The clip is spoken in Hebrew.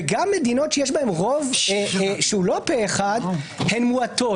גם מדינות שיש בהן רוב שהוא לא פה אחד, הן מועטות.